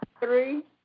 three